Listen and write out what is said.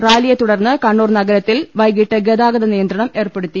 റാലിയെ തുടർന്ന് കണ്ണൂർ നഗരത്തിൽ വൈകിട്ട് ഗതാ ഗത നിയന്ത്രണം ഏർപ്പെടുത്തി